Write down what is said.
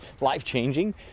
life-changing